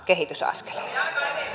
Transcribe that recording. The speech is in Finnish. kehitysaskeleeseen